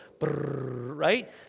right